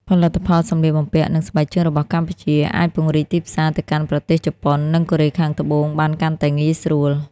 ផលិតផលសម្លៀកបំពាក់ និងស្បែកជើងរបស់កម្ពុជា អាចពង្រីកទីផ្សារទៅកាន់ប្រទេសជប៉ុន និងកូរ៉េខាងត្បូងបានកាន់តែងាយស្រួល។